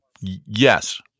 Yes